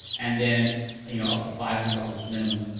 and then you know up to five hundred dollars minimum